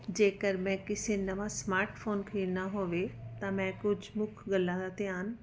ਜੇਕਰ ਮੈਂ ਕਿਸੇ ਨਵਾਂ ਸਮਾਰਟਫੋਨ ਖਰੀਦਣਾ ਹੋਵੇ ਤਾਂ ਮੈਂ ਕੁਛ ਮੁੱਖ ਗੱਲਾਂ ਦਾ ਧਿਆਨ